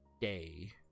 day